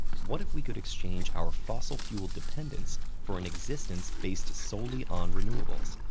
what if we could exchange our fossil fuel dependence for an existence based solely on renewables?